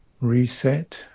reset